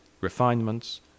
refinements